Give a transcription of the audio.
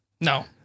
No